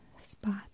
spot